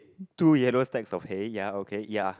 two yellow stacks of hay ya okay ya